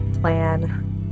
plan